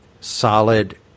solid